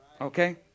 Okay